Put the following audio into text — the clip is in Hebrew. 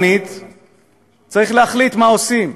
מה אנחנו עושים?